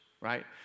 right